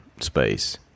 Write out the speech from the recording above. space